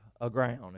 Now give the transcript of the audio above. aground